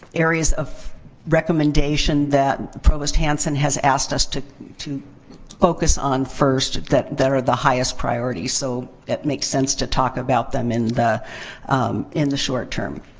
areas of recommendation that provost hanson has asked us to to focus on first. that they are the highest priority. so, it makes sense to talk about them in the in the short term.